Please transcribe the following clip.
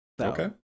okay